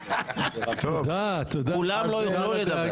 כולם לא ידברו.